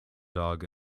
dog